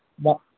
the